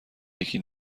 یکی